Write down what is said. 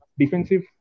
defensive